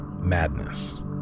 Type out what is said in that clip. madness